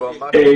יועמ"ש איו"ש.